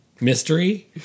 mystery